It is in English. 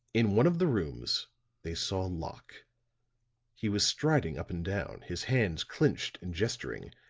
in one of the rooms they saw locke he was striding up and down, his hands clinched and gesturing,